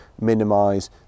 minimize